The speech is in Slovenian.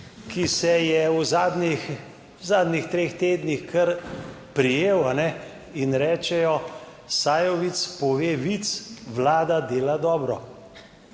zadnjih, v zadnjih treh tednih kar prijel in rečejo, Sajovic pove vic, Vlada dela dobro.